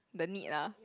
the need ah